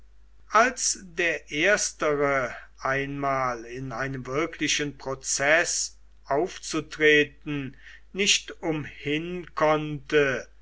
als der erstere einmal in einem wirklichen prozeß aufzutreten nicht umhin konnte